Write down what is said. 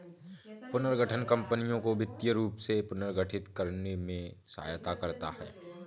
पुनर्गठन कंपनियों को वित्तीय रूप से पुनर्गठित करने में सहायता करता हैं